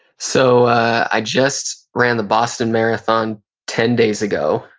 so i just ran the boston marathon ten days ago,